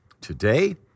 today